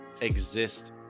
exist